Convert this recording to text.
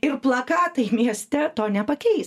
ir plakatai mieste to nepakeis